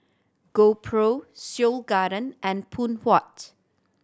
GoPro Seoul Garden and Phoon Huat